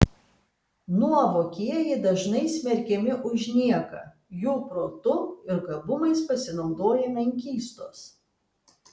nuovokieji dažnai smerkiami už nieką jų protu ir gabumais pasinaudoja menkystos